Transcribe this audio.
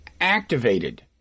activated